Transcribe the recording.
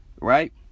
right